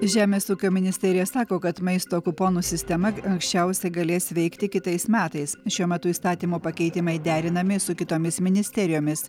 žemės ūkio ministerija sako kad maisto kuponų sistema anksčiausiai galės veikti kitais metais šiuo metu įstatymo pakeitimai derinami su kitomis ministerijomis